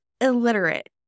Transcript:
illiterate